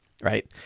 Right